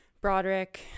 Broderick